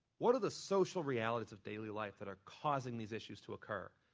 what are the social realities of daily life that are causing these issues to occur?